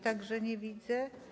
Także nie widzę.